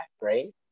right